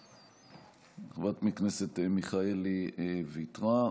חברת הכנסת מיכאלי ויתרה,